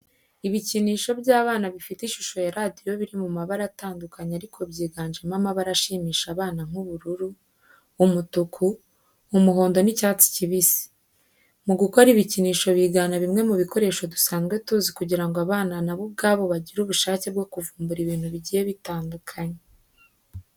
Ibikinisho by'abana bifite ishusho ya radio biri mu mabara atandukanye ariko byiganjemo amabara ashimisha abana nk'ubururu, umutuku, umuhondo n'icyatsi kibisi. Mu gukora ibikinisho bigana bimwe mu bikoresho dusanzwe tuzi kugira ngo abana nabo ubwabo bagire ubushake bwo kuvumbura ibintu bigiye bitandukanye.